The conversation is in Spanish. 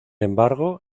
embargo